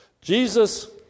Jesus